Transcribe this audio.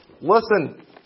listen